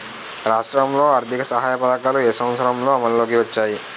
రాష్ట్రంలో ఆర్థిక సహాయ పథకాలు ఏ సంవత్సరంలో అమల్లోకి వచ్చాయి?